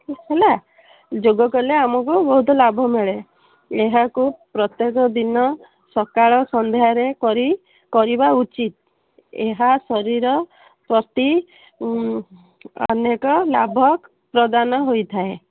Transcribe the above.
ହେଲା ଯୋଗ କଲେ ଆମକୁ ବହୁତ ଲାଭ ମିଳେ ଏହାକୁ ପ୍ରତ୍ୟେକ ଦିନ ସକାଳ ସନ୍ଧ୍ୟାରେ କରିବା ଉଚିତ ଏହା ଶରୀର ପ୍ରତି ଅନେକ ଲାଭ ପ୍ରଦାନ ହୋଇଥାଏ